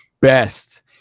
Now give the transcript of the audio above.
best